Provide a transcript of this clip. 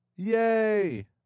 Yay